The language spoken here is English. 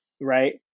right